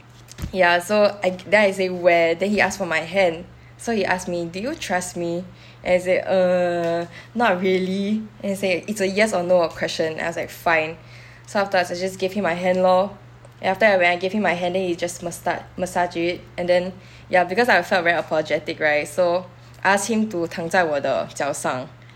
ya so I then I say where then he ask for my hand so he asked me do you trust me then I say err not really then he say it's a yes or no or question I was like fine so afterwards I just give him my hand lor then after that when I give him my hand then he just mas~ massage it and then ya because I felt very apologetic right so asked him to 躺在我的脚上